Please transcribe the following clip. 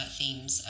themes